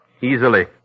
easily